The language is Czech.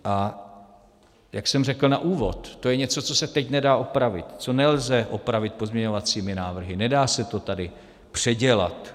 A jak jsem řekl na úvod, to je něco, co se teď nedá opravit, co nelze opravit pozměňovacími návrhy, nedá se to tady předělat.